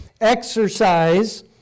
exercise